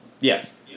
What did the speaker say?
Yes